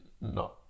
No